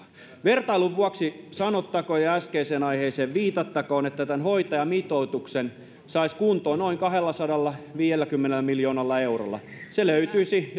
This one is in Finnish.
vertailun vuoksi sanottakoon ja äskeiseen aiheeseen viitattakoon että tämän hoitajamitoituksen saisi kuntoon noin kahdellasadallaviidelläkymmenellä miljoonalla eurolla se löytyisi